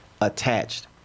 attached